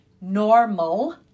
normal